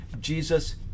Jesus